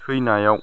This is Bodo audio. थैनायाव